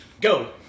Go